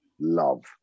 love